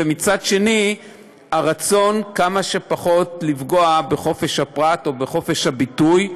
ומצד שני הרצון כמה שפחות לפגוע בחופש הפרט או בחופש הביטוי.